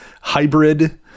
hybrid